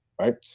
right